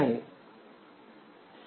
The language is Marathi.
संदर्भ स्लाइड वेळेत 2541 p1 हा e1 असावा